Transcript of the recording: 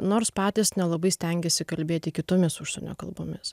nors patys nelabai stengiasi kalbėti kitomis užsienio kalbomis